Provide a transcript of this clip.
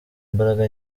imbaraga